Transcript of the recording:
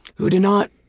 who did not,